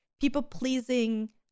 people-pleasing